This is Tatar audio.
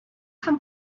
һәм